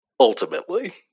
Ultimately